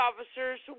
officers